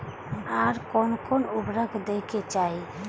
आर कोन कोन उर्वरक दै के चाही?